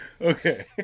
Okay